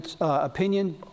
opinion